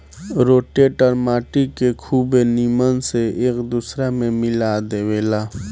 rotator माटी के खुबे नीमन से एक दूसर में मिला देवेला